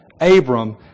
Abram